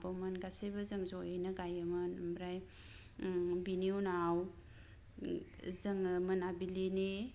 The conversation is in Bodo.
आब'मोन गासैबो जों ज'यैनो गायोमोन ओमफ्राय बिनि उन्नाव जोंङो मोनाबिलिनि